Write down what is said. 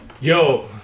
yo